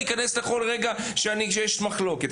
בכל מצב שבו יש מחלוקת.